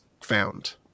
found